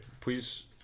Please